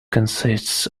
consists